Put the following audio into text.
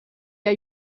der